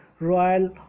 royal